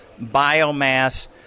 biomass